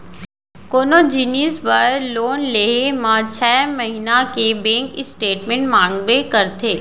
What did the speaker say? कोनो जिनिस बर लोन लेहे म छै महिना के बेंक स्टेटमेंट मांगबे करथे